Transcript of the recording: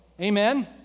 Amen